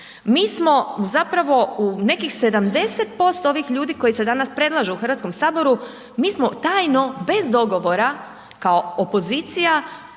mi smo u zapravo nekih 70% ovih ljudi koji se danas predlažu u Hrvatskom saboru mi smo tajno bez dogovora kao opozicija